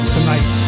Tonight